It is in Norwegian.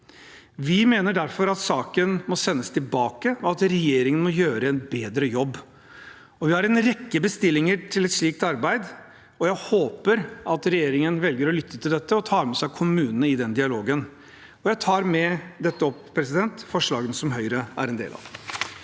Vi mener derfor at saken må sendes tilbake, og at regjeringen må gjøre en bedre jobb. Vi har en rekke bestillinger til et slikt arbeid. Jeg håper at regjeringen velger å lytte til dette og tar med seg kommunene i den dialogen. Jeg tar med dette opp forslaget som Høyre har alene, og